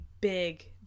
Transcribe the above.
big